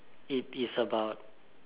it is about